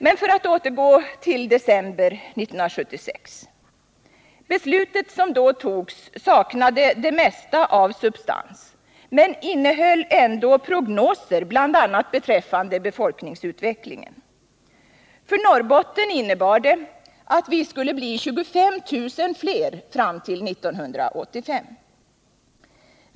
Låt mig återgå till december 1976. Det beslut som då togs saknade det mesta av substans men innehöll prognoser bl.a. beträffande befolkningsutvecklingen. För Norrbotten innebar det att vi skulle bli 25 000 fler invånare fram till 1985.